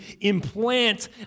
implant